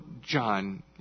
John